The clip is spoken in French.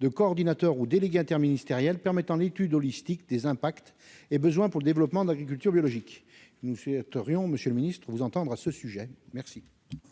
de coordinateur ou déléguée interministériel permettant l'étude holistique des impacts et besoin pour le développement de l'agriculture biologique, nous souhaiterions, Monsieur le Ministre vous entendre à ce sujet, merci.